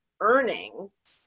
earnings